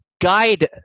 guide